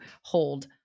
hold